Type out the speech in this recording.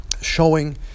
showing